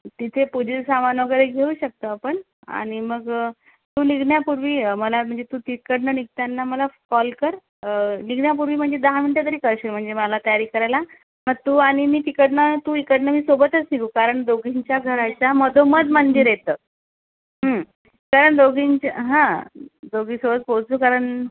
तिथे पूजेचं सामान वगैरे घेऊ शकतो आपण आणि मग तू निघण्यापूर्वी मला म्हणजे तू तिकडून निघतांना मला कॉल कर निघण्यापूर्वी म्हणजे दहा मिनिटं तरी करशील म्हणजे मला तयारी करायला मग तू आणि मी तिकडून तू इकडून मी सोबतच निघू कारण दोघींच्या घराच्या मधोमध मंदिर येतं तर दोघींच्या हा दोघी सहज पोचू कारण